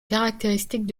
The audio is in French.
caractéristiques